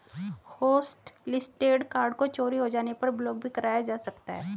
hotlisted card को चोरी हो जाने पर ब्लॉक भी कराया जा सकता है